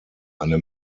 eine